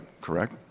Correct